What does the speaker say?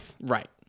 Right